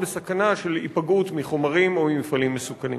בסכנה של היפגעות מחומרים או ממפעלים מסוכנים.